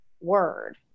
word